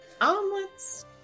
omelets